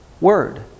Word